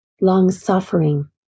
long-suffering